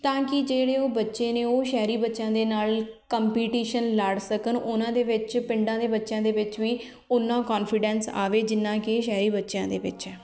ਤਾਂ ਕਿ ਜਿਹੜੇ ਉਹ ਬੱਚੇ ਨੇ ਉਹ ਸ਼ਹਿਰੀ ਬੱਚਿਆਂ ਦੇ ਨਾਲ ਕੰਪੀਟੀਸ਼ਨ ਲੜ ਸਕਣ ਉਹਨਾਂ ਦੇ ਵਿੱਚ ਪਿੰਡਾਂ ਦੇ ਬੱਚਿਆਂ ਦੇ ਵਿੱਚ ਵੀ ਓਨਾ ਕੋਂਨਫੀਡੈਂਸ ਆਵੇ ਜਿੰਨਾ ਕਿ ਸ਼ਹਿਰੀ ਬੱਚਿਆਂ ਦੇ ਵਿੱਚ ਹੈ